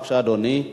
בבקשה, אדוני.